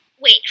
Wait